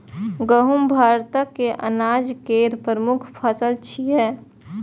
गहूम भारतक अनाज केर प्रमुख फसल छियै